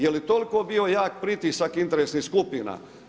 Je li toliko bio jak pritisak interesnih skupina?